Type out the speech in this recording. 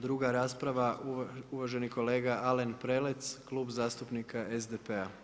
Druga rasprava uvaženi kolega Alen Prelec, Klub zastupnika SDP-a.